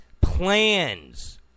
plans